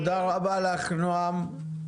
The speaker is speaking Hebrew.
תודה רבה לך נועם,